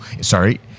sorry